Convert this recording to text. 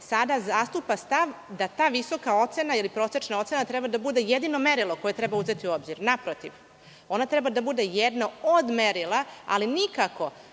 sada zastupa stav da ta visoka ocena ili prosečna ocena treba da bude jedino merilo koje treba uzeti u obzir. Naprotiv, ona treba da bude jedna od merila, ali nikako